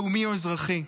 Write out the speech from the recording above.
לאומי או אזרחי.